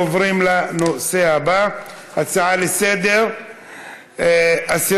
עוברים לנושא הבא, הצעה לסדר-היום מס'